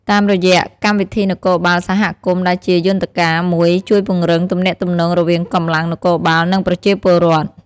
តាមរយៈ កម្មវិធីនគរបាលសហគមន៍ ដែលជាយន្តការមួយជួយពង្រឹងទំនាក់ទំនងរវាងកម្លាំងនគរបាល និងប្រជាពលរដ្ឋ។